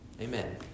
Amen